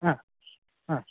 ಹಾಂ ಹಾಂ